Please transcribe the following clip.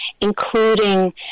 including